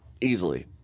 easily